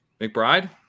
McBride